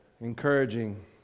Encouraging